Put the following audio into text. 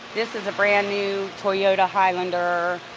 this is a brand new toyota highlander.